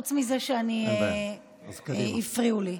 וחוץ מזה הפריעו לי.